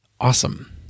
Awesome